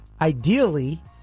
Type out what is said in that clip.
ideally